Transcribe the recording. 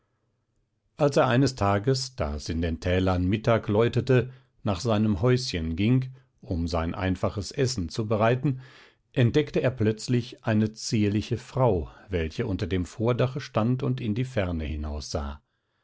als er eines tages da es in den tälern mittag läutete nach seinem häuschen ging um sein einfaches essen zu bereiten entdeckte er plötzlich eine zierliche frau welche unter dem vordache stand und in die ferne hinaussah